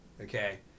okay